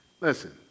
Listen